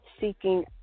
seeking